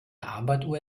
armbanduhr